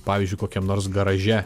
pavyzdžiui kokiam nors garaže